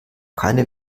keine